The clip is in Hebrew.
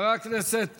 חבר הכנסת